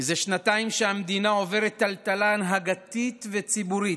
זה שנתיים המדינה עוברת טלטלה הנהגתית וציבורית